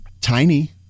tiny